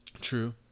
True